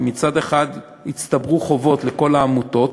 כי מצד אחד הצטברו חובות לכל העמותות,